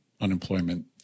unemployment